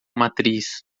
matriz